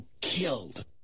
killed